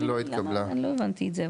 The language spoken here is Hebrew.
לא הבנתי את זה.